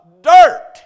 Dirt